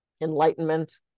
enlightenment